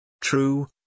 True